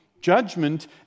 Judgment